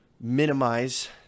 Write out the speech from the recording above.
minimize